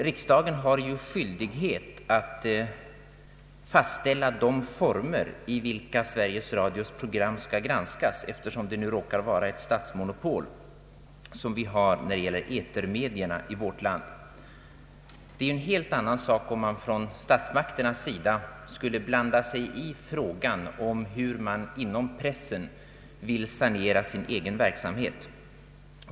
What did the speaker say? Riksdagen har skyldighet att fastställa de former i vilka Sveriges Radios program skall granskas, eftersom det nu råkar vara ett statsmonopol vi har när det gäller etermedia i vårt land. Det är en helt annan sak om statsmakterna skulle blanda sig i hur man inom pressen vill sanera sin egen verksamhet.